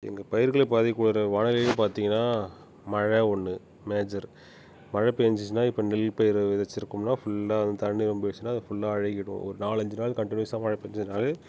எங்கள் பயிர்களை பாதிக்கக்கூடிய வானிலை பார்த்தீங்கன்னா மழை ஒன்று மேஜர் மழை பேஞ்சுச்சுன்னால் இப்போ நெல் பயிர் விதைச்சுருக்கோம்னா ஃபுல்லாக தண்ணி ரொம்பிருச்சுன்னா அது ஃபுல்லாக அழுகிவிடும் ஒரு நாலு அஞ்சு நாள் கண்ட்டினியூஸாக மழை பேஞ்சதுனாலே